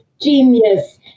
genius